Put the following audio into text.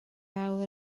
awr